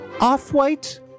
off-white